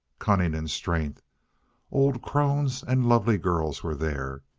cunning and strength old crones and lovely girls were there.